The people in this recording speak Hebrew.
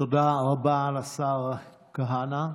תודה רבה לשר כהנא.